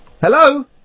Hello